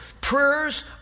prayers